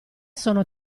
sono